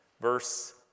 Verse